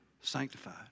sanctified